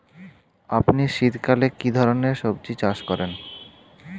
আপনি শীতকালে কী ধরনের সবজী চাষ করেন?